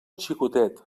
xicotet